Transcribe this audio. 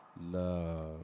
Love